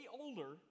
older